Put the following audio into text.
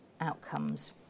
outcomes